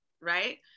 right